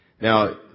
Now